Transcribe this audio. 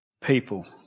people